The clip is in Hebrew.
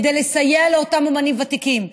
כדי לסייע לאותם אומנים ותיקים.